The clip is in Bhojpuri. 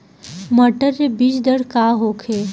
मटर के बीज दर का होखे?